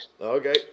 Okay